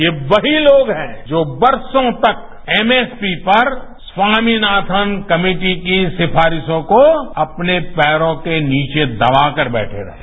ये वही लोग हैं जो बरसों तक एमएसपी पर स्वामीनाथन कमेटी की इन सिफारिशों को अपने पैरों के नीचे दबाकर बैठे हुए थे